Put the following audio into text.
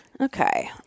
Okay